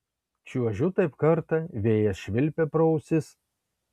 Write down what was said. čiuožiu taip kartą vėjas švilpia pro ausis